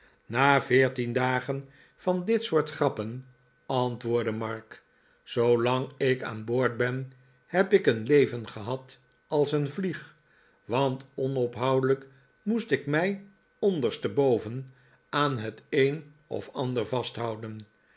na veertien dagen van dit soort grappen antwoordde mark zoolang ik aan boord ben heb ik een leven gehad als een vlieg want onophoudelijk moest ik mij ondersteboven aan het een of ander vasthouden